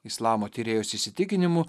islamo tyrėjos įsitikinimu